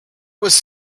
was